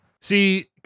See